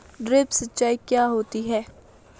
Drip सिंचाई क्या होती हैं?